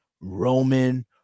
Roman